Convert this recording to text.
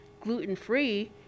gluten-free